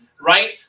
right